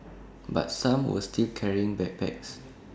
but some were still carrying backpacks